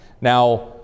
Now